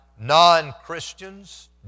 non-Christians